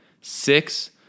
Six